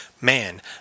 man